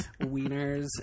Wieners